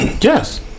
Yes